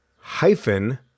hyphen